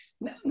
Now